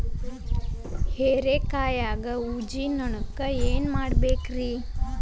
ಹೇರಿಕಾಯಾಗ ಊಜಿ ನೋಣಕ್ಕ ಏನ್ ಮಾಡಬೇಕ್ರೇ?